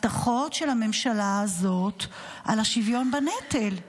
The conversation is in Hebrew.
הבטחות של הממשלה הזאת על השוויון בנטל,